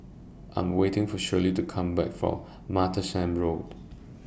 I Am waiting For Shirley to Come Back from Martlesham Road